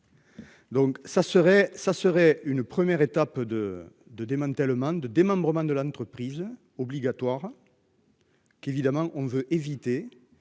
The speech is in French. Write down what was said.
ça serait une première étape de de démantèlement de démembrement de l'entreprise obligatoire. Qu'évidemment on veut éviter